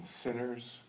sinners